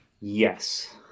Yes